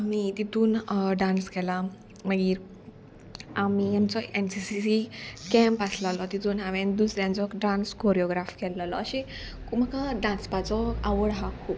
आमी तितून डांस केला मागीर आमी आमचो N C C C camp आसलेलो तितून हांवें दुसऱ्यांचो डांस कोरियोग्राफ केल्लो अशें म्हाका डांसपाचो आवड आहा खूब